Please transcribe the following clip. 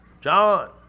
John